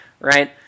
Right